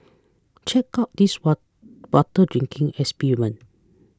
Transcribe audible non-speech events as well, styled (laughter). check out this (unintelligible) water drinking experiment